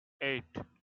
eight